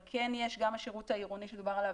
גם השירות העירוני שדובר עליו,